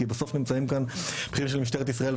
כי בסוף נמצאים כאן בכירים של משטרת ישראל,